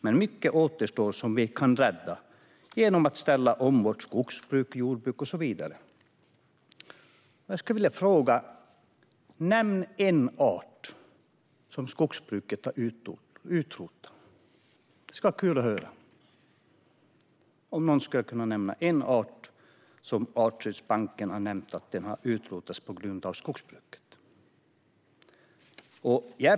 Men mycket återstår som vi kan rädda. Genom att ställa om vårt skogsbruk, jordbruk och fiske i en mer hållbar riktning kan vi bevara våra djur och växtarter." Nämn en art som skogsbruket har utrotat! Det skulle vara kul att höra om någon skulle kunna nämna en art som Artdatabanken anger har utrotats på grund av skogsbruket.